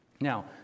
Now